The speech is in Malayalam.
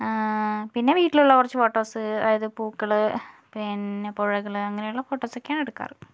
പിന്നെ വീട്ടിലുള്ള കുറച്ച് ഫോട്ടോസ് അതായത് പൂക്കൾ പിന്നെ പുഴകൾ അങ്ങനെയുള്ള ഫോട്ടോസൊക്കെയാണ് എടുക്കാറ്